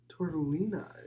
Tortellini